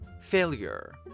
Failure